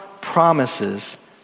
promises